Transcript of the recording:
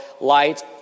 Light